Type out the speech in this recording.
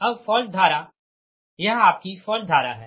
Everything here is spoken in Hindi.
अब फॉल्ट धारा यह आपकी फॉल्ट धारा है